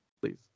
please